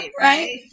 Right